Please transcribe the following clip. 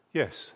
yes